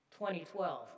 2012